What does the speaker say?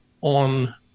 on